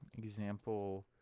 example